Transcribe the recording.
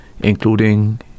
including